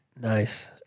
Nice